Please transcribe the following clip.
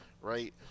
right